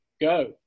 go